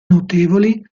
notevoli